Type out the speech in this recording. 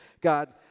God